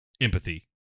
Empathy